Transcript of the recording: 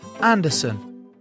Anderson